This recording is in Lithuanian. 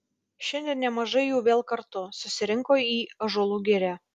šiandien nemažai jų vėl kartu susirinko į ąžuolų girią